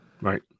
right